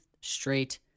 straight